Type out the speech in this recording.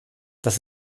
das